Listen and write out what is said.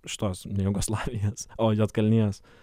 iš tos ne jugoslavijos o juodkalnijos